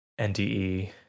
nde